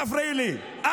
אל תפריעי לי.